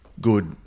good